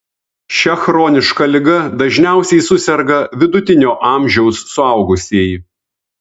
šia chroniška liga dažniausiai suserga vidutinio amžiaus suaugusieji